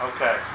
Okay